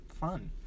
fun